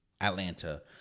Atlanta